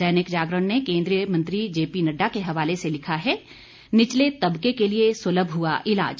दैनिक जागरण ने केन्द्रीय मंत्री जेपी नड्डा के हवाले से लिखा है निचले तबके के लिए सुलभ हुआ इलाज़